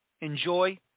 enjoy